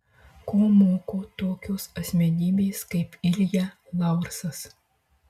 ko moko tokios asmenybės kaip ilja laursas